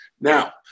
Now